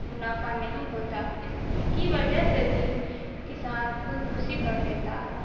منافع نہیں ہوتا ہے اس کی وجہ سے بھی کسان خود کشی کر لیتا ہے